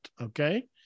Okay